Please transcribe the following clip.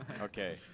Okay